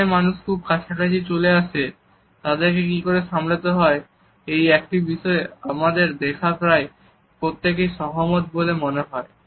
যেসব মানুষ খুব বেশি কাছাকাছি চলে আসে তাদেরকে কি করে সামলাতে হয় এই একটি বিষয়ে আমাদের দেখা প্রায় প্রত্যেকেই সহমত বলে মনে হয়